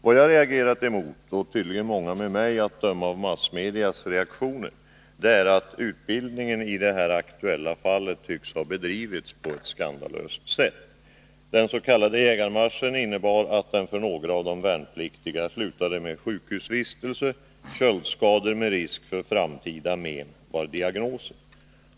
Vad jag har reagerat mot — och tydligen många med mig, att döma av massmedias reaktioner — är att utbildningen i det här aktuella fallet tycks ha bedrivits på ett skandalöst sätt. Den s.k. jägarmarschen slutade för några av de värnpliktiga med sjukhusvistelse. Köldskador med risk för framtida men, var diagnosen.